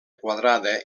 quadrada